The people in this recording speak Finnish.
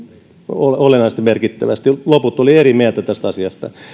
olennaisesti merkittävästi loput olivat eri mieltä tästä asiasta